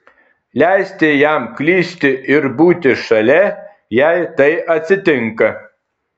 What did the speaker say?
leisti jam klysti ir būti šalia jei tai atsitinka